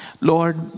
Lord